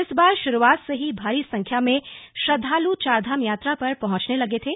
इस बार शुरुआत से ही भारी संख्या में श्रद्धालु चारधाम यात्रा पर पहुंचने लगे थे